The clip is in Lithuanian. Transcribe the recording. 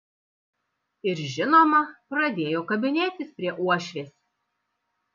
ir žinoma pradėjo kabinėtis prie uošvės